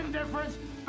difference